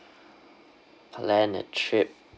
plan a trip